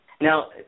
Now